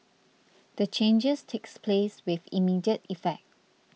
the changes takes place with immediate effect